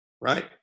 right